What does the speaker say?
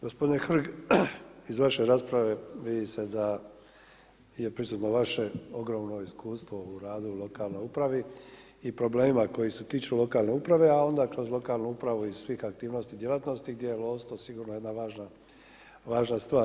Gospodine Hrg, iz vaše rasprave vidi se da je prisutno vaše ogromno iskustvo u radu u lokalnoj upravi i problemima koji se tiču lokalne uprave a onda kroz lokalnu upravu i svih aktivnosti, djelatnosti gdje je lovstvo sigurno jedna važna, važna stvar.